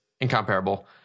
incomparable